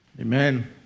Amen